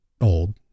old